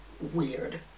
weird